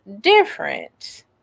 different